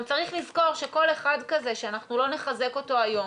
צריך לזכור שכל אחד כזה שלא נחזק אותו היום